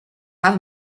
have